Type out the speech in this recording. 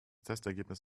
testergebnis